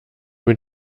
mit